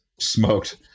smoked